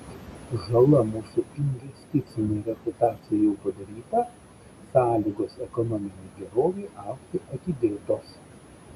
žala mūsų investicinei reputacijai jau padaryta sąlygos ekonominei gerovei augti atidėtos